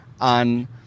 on